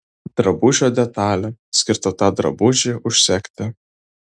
drabužio detalė skirta tą drabužį užsegti